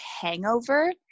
Hangover